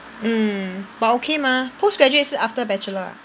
mm but okay mah postgraduate 是 after bachelor ah